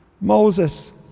Moses